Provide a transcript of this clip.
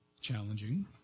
challenging